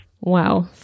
Wow